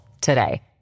today